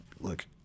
look